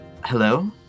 Hello